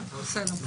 בסדר.